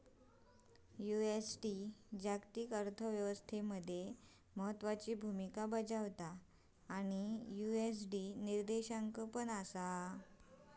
USD जागतिक अर्थ व्यवस्था मध्ये महत्त्वाची भूमिका बजावता आणि यु.एस.डी निर्देशांक असा